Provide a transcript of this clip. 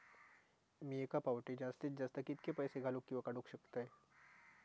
मी एका फाउटी जास्तीत जास्त कितके पैसे घालूक किवा काडूक शकतय?